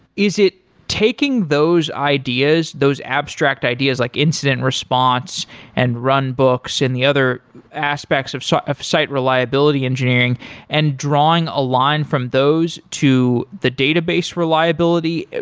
is it those ideas, those abstract ideas, like incident response and run books and the other aspects of site of site reliability engineering and drawing a line from those to the database reliability,